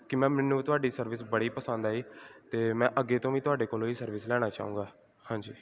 ਕਿ ਮੈਮ ਮੈਨੂੰ ਤੁਹਾਡੀ ਸਰਵਿਸ ਬੜੀ ਪਸੰਦ ਆਈ ਅਤੇ ਮੈਂ ਅੱਗੇ ਤੋਂ ਵੀ ਤੁਹਾਡੇ ਕੋਲੋਂ ਹੀ ਸਰਵਿਸ ਲੈਣਾ ਚਾਹੂੰਗਾ ਹਾਂਜੀ